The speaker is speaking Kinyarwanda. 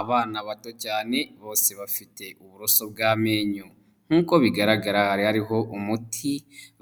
Abana bato cyane bose bafite uburoso bw'amenyo. Nkuko bigaragara hariho umuti,